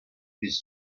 his